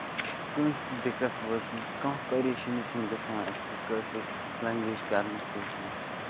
کٲنسہِ تہِ دِکَت وٲژمٕژ کانہہ پَریشٲنی چھےٚ نہٕ گژھان اَسہِ یہِ کٲشُر لینگویج کرنہٕ سۭتۍ